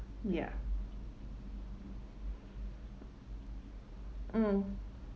ya mm